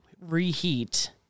reheat